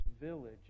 village